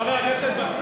חברת הכנסת רגב.